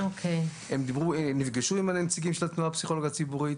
הם נפגשו עם הנציגים של התנועה לפסיכולוגיה ציבורית.